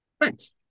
Thanks